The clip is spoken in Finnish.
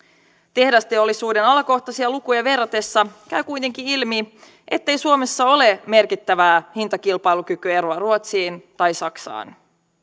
tehdasteollisuuden alakohtaisia lukuja verratessa käy kuitenkin ilmi ettei suomessa ole merkittävää hintakilpailukykyeroa ruotsiin tai saksaan